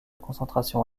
concentration